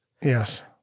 Yes